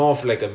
mm